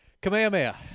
Kamehameha